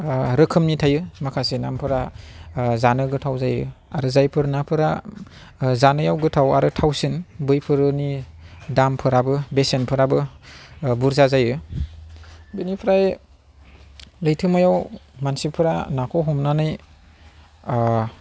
रोखोमनि थायो माखासे नाफोरा जानो गोथाव जायो आरो जायफोर नाफोरा जानायाव गोथाव आरो थावसिन बैफोरनि दामफोराबो बेसेनफोराबो बुरजा जायो बेनिफ्राय लैथोमायाव मानसिफोरा नाखौ हमनानै